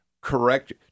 correct